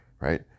right